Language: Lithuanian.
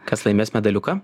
kas laimės medaliuką